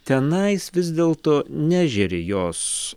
tenais vis dėlto nežėri jos